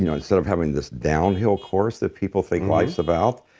you know instead of having this downhill course that people think life's about,